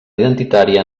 identitària